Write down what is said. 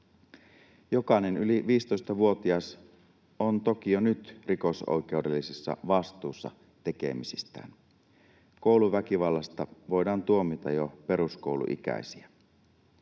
Jokainen yli 15-vuotias on toki jo nyt rikosoikeudellisessa vastuussa tekemisistään. Kouluväkivallasta voidaan tuomita jo peruskouluikäisiä.